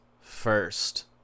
first